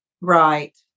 Right